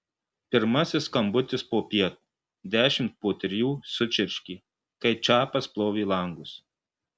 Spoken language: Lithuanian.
pirmasis skambutis popiet dešimt po trijų sučirškė kai čapas plovė langus